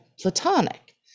platonic